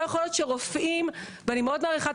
לא יכול להיות שרופאים ואני מאוד מעריכה את